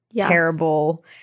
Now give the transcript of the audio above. terrible